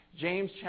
James